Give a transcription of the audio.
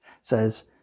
says